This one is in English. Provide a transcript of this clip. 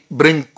bring